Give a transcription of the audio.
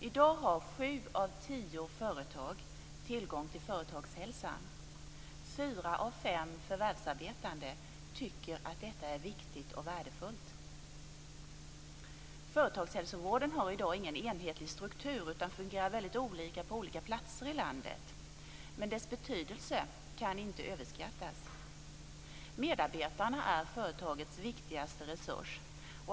I dag har sju av tio företag tillgång till företagshälsovård. Fyra av fem förvärvsarbetande tycker att detta är viktigt och värdefullt. Företagshälsovården har i dag ingen enhetlig struktur utan fungerar olika på olika platser i landet. Men dess betydelse kan inte överskattas. Medarbetarna är företagets viktigaste resurs.